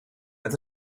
met